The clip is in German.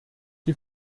die